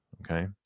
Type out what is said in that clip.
Okay